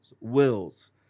wills